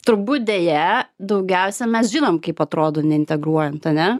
turbūt deja daugiausia mes žinom kaip atrodo neintegruojant ane